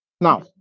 Now